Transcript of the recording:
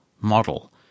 model